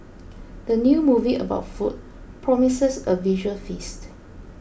the new movie about food promises a visual feast